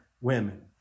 women